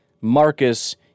Marcus